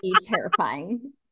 terrifying